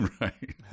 Right